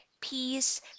peace